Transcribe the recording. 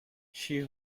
she